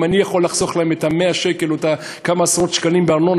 אם אני יכול לחסוך להם את 100 השקל או כמה עשרות שקלים בארנונה,